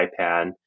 iPad